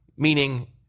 meaning